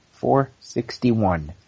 461